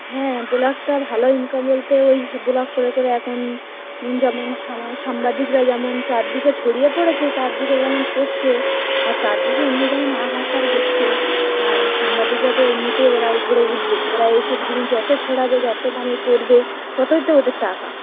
হ্যাঁ ব্লগটা ভালো ইমকাম বলতে ওই ব্লগ করে করে এখন ওন যেমন সামা সাংবাদিকরা যেমন চারদিকে ছড়িয়ে পড়েছে চারদিকে যেমন করছে আর চারদিকে এমনি যেমন হাহাকার হচ্ছে আর সাংবাদিকরা তো এমনিতেই ওরা উপরে উঠবে ওরা এসব জিনিস যত ছড়াবে যত মানে করবে ততই তো ওদের টাকা